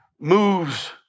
moves